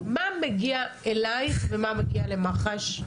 מה מגיע אלייך ומה מגיע למח"ש?